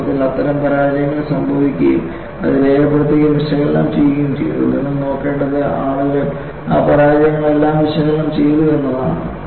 വാസ്തവത്തിൽ അത്തരം പരാജയങ്ങൾ സംഭവിക്കുകയും അത് രേഖപ്പെടുത്തുകയും വിശകലനം ചെയ്യുകയും ചെയ്തു നിങ്ങൾ നോക്കേണ്ടത് ആളുകൾ ആ പരാജയങ്ങളെല്ലാം വിശകലനം ചെയ്തു എന്നതാണ്